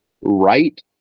right